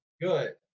good